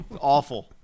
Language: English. Awful